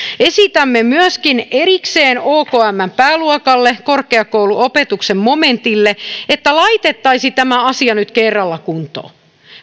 esitämme myöskin erikseen okmn pääluokalle korkeakouluopetuksen momentille että laitettaisiin tämä asia nyt kerralla kuntoon